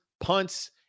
punts